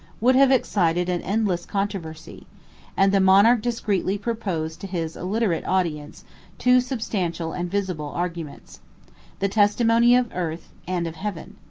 would have excited an endless controversy and the monarch discreetly proposed to his illiterate audience two substantial and visible arguments the testimony of earth, and of heaven.